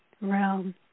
realm